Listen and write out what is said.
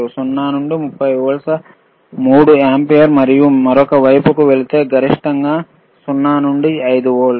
0 నుండి 30 వోల్ట్ల 3 ఆంపియర్ మరియు మీరు మరొక వైపుకు వెళితే గరిష్టంగా 0 నుండి 5 వోల్ట్లు 1